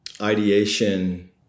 ideation